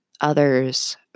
others